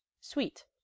sweet